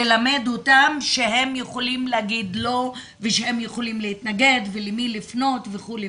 ללמד אותם שהם יכולים להגיד לא ושהם יכולים להתנגד ולמי לפנות וכו'.